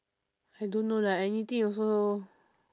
I don't know lah anything also